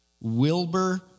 Wilbur